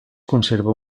conserva